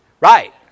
Right